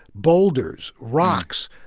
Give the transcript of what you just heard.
boulders, rocks,